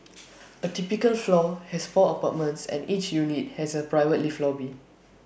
A typical floor has four apartments and each unit has A private lift lobby